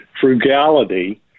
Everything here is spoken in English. frugality